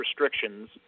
restrictions